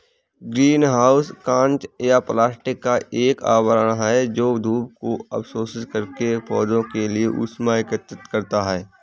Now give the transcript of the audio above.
green house कांच या plastic का एक आवरण है जो धूप को अवशोषित करके पौधों के लिए ऊष्मा एकत्रित करता है